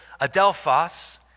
adelphos